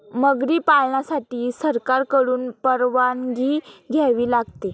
मगरी पालनासाठी सरकारकडून परवानगी घ्यावी लागते